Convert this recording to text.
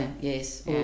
yes